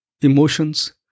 emotions